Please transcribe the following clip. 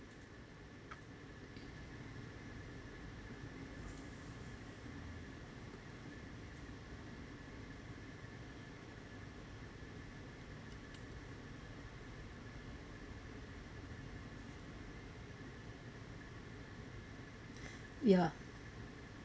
ya